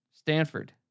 Stanford